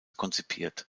konzipiert